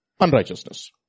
unrighteousness